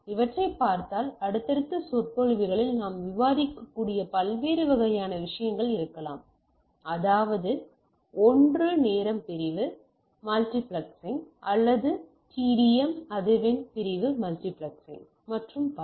இவற்றைப் பார்த்தால் அடுத்தடுத்த சொற்பொழிவுகளில் நாம் விவாதிக்கக்கூடிய பல்வேறு வகையான விஷயங்கள் இருக்கலாம் அதாவது ஒன்று நேரம் பிரிவு மல்டிபிளெக்சிங் அல்லது TDM அதிர்வெண் பிரிவு மல்டிபிளெக்சிங் மற்றும் பல